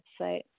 website